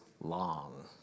long